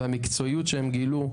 והמקצועיות שהם גילו,